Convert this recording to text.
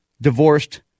divorced